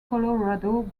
colorado